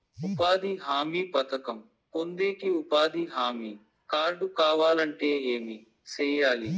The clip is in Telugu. ఉపాధి హామీ పథకం పొందేకి ఉపాధి హామీ కార్డు కావాలంటే ఏమి సెయ్యాలి?